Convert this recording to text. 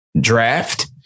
draft